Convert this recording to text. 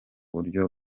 buryo